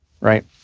right